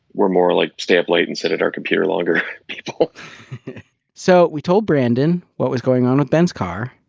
we're more like, stay up late and sit at our computer longer people so, we told brandon what was going on with ben's car